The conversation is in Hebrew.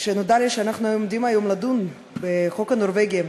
כשנודע לי שאנחנו עומדים לדון היום בחוק הנורבגי,